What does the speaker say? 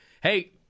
hey